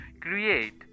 create